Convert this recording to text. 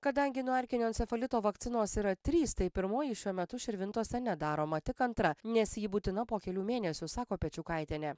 kadangi nuo erkinio encefalito vakcinos yra trys tai pirmoji šiuo metu širvintose nedaroma tik antra nes ji būtina po kelių mėnesių sako pečiukaitienė